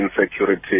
insecurity